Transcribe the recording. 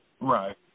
Right